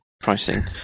pricing